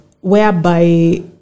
whereby